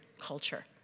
culture